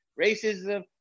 racism